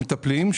המטפלים,